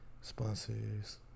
sponsors